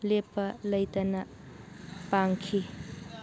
ꯂꯦꯞꯄ ꯂꯩꯇꯅ ꯄꯥꯡꯈꯤ